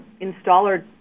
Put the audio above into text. installer